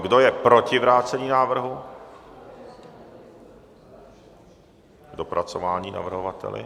Kdo je proti vrácení návrhu k dopracování navrhovateli?